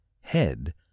head